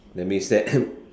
that's means that